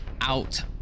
out